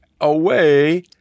away